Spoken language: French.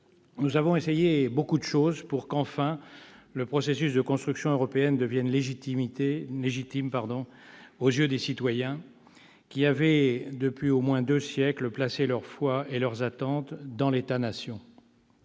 Nous avons essayé beaucoup de choses pour que, enfin, le processus de construction européenne devienne légitime aux yeux des citoyens, qui avaient placé leur foi et leurs attentes dans l'État-nation